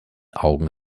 augen